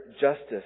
justice